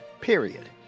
period